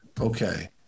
Okay